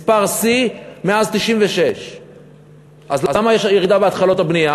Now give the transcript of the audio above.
מספר שיא מאז 1996. אז למה יש ירידה בהתחלות הבנייה?